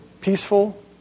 peaceful